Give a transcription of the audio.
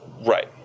Right